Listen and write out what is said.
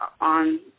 on